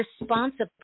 responsible